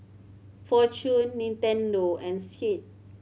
Fortune Nintendo and Schick